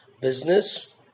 business